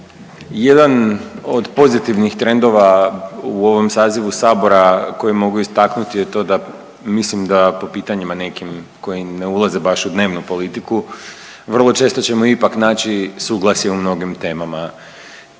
Jedan od pozitivnih trendova u ovom sazivu Sabora koji mogu istaknuti je to da mislim da po pitanjima nekim koji ne ulaze baš u dnevnu politiku vrlo često ćemo ipak naći suglasje u mnogim temama.